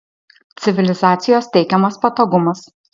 civilizacijos teikiamas patogumas